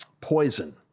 poison